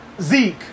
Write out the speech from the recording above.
Zeke